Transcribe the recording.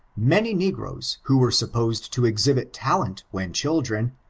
many negroes who were supposed to exhibit talent when children,